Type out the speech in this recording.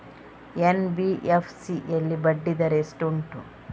NBFC ಯಲ್ಲಿ ಬಡ್ಡಿ ದರ ಎಷ್ಟು ಉಂಟು?